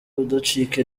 kudacika